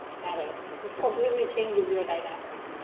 not at all. it just completely changes your dynamic.